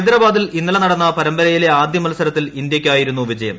ഹൈദരാബാദിൽ ഇന്നുള്ളു നടന്ന പരമ്പരയിലെ ആദ്യ മൽസരത്തിൽ ഇന്ത്യയ്ക്ക്ാ്യിരുന്നു വിജയം